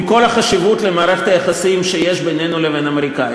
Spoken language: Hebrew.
עם כל החשיבות של מערכת היחסים שבינינו לבין האמריקנים.